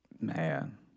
Man